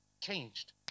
changed